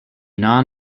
non